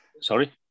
sorry